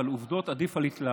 אבל עובדות עדיפות על התלהמות.